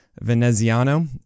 Veneziano